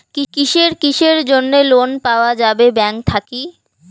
কিসের কিসের জন্যে লোন পাওয়া যাবে ব্যাংক থাকি?